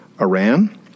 Iran